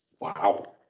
Wow